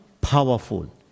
powerful